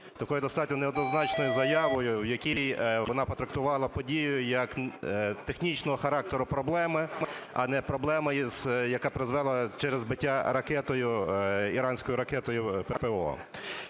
такою достатньо неоднозначною заявою, в якій воно потрактувало подію як з технічного характеру проблеми, а не проблеми, яка призвела через збиття ракетою, іранською ракетою ППО.